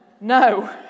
no